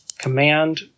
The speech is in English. Command